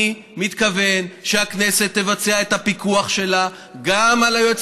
אני מתכוון שהכנסת תבצע את הפיקוח שלה גם על היועץ